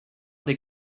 des